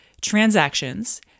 transactions